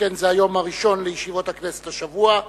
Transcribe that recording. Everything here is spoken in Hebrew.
שכן זה היום הראשון לישיבות הכנסת השבוע.